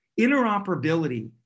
Interoperability